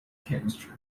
chemistry